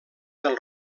del